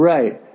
Right